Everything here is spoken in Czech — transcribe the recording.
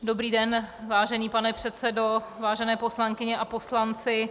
Dobrý den, vážený pane předsedo, vážené poslankyně a poslanci.